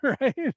Right